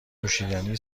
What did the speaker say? نوشیدنی